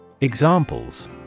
Examples